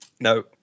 No